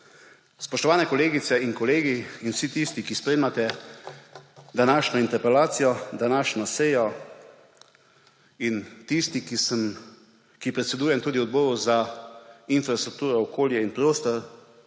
Spoštovane kolegice in kolegi in vsi tisti, ki spremljate današnjo interpelacijo, današnjo sejo, in tisti, ki predsedujem tudi Odboru za infrastrukturo, okolje in prostor,